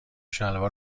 شلوار